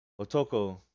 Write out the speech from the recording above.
otoko